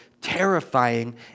terrifying